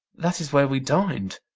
that is where we din'd,